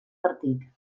partit